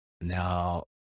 now